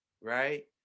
right